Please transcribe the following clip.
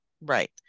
right